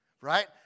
Right